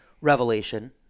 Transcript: Revelation